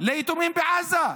ליתומים בעזה.